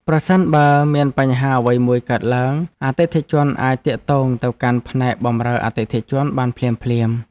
ប្រសិនបើមានបញ្ហាអ្វីមួយកើតឡើងអតិថិជនអាចទាក់ទងទៅកាន់ផ្នែកបម្រើអតិថិជនបានភ្លាមៗ។